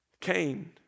Cain